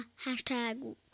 hashtag